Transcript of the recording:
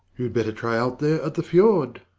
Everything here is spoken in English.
you'd better try out there at the fjord.